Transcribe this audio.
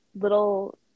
little